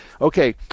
Okay